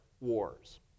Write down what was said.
Wars